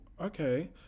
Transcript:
okay